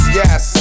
yes